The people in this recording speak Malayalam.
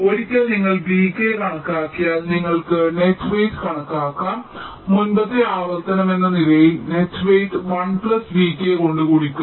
ഒരിക്കൽ നിങ്ങൾ vk കണക്കാക്കിയാൽ നിങ്ങൾക്ക് നെറ്റ് വെയ്റ്റ് കണക്കാക്കാം മുമ്പത്തെ ആവർത്തനമെന്ന നിലയിൽ നെറ്റ് വെയ്റ്റ് 1 പ്ലസ് vk കൊണ്ട് ഗുണിക്കുന്നു